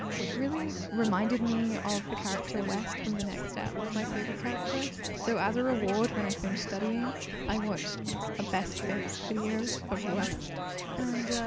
which really reminded me of the character west from the next step, my favourite character so as a reward when i finished studying i watched a best bits video of west and.